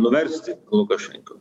nuversti lukašenko